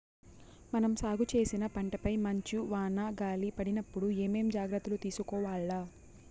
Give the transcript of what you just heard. మనం సాగు చేసిన పంటపై మంచు, వాన, గాలి పడినప్పుడు ఏమేం జాగ్రత్తలు తీసుకోవల్ల?